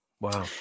Wow